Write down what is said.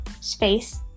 space